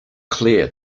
clear